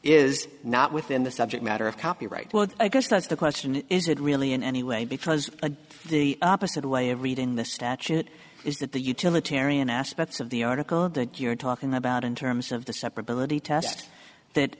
is not within the subject matter of copyright well i guess that's the question is it really in any way because of the opposite way of reading the statute is that the utilitarian aspects of the article that you're talking about in terms of the